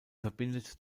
verbindet